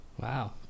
Wow